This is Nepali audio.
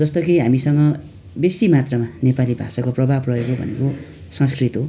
जस्तो कि हामीसँग बेसी मात्रामा नेपाली भाषाको प्रभाव रहेको भनेको संस्कृत हो